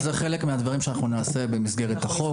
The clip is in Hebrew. אז זה חלק מהדברים שנעשה במסגרת החוק.